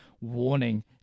warning